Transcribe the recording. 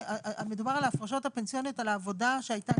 מדבור על ההפרשות הפנסיוניות על העבודה שהייתה,